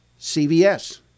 CVS